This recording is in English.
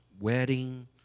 wedding